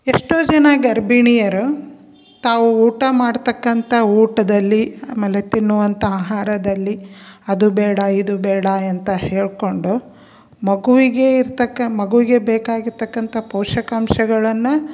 ಎಷ್ಟೋ ಜನ ಗರ್ಭಿಣಿಯರು ತಾವು ಊಟ ಮಾಡತಕ್ಕಂಥ ಊಟದಲ್ಲಿ ಆಮೇಲೆ ತಿನ್ನುವಂಥ ಆಹಾರದಲ್ಲಿ ಅದು ಬೇಡ ಇದು ಬೇಡ ಅಂತ ಹೇಳಿಕೊಂಡು ಮಗುವಿಗೆ ಇರ್ತಕ್ಕಂಥ ಮಗುವಿಗೆ ಬೇಕಾಗಿರತಕ್ಕಂಥ ಪೋಷಕಾಂಶಗಳನ್ನು